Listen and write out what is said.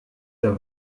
der